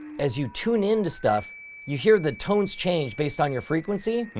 as you tune in to stuff you hear the tones change based on your frequency?